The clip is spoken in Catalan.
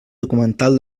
documental